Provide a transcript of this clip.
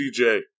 CJ